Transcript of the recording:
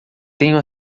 tenho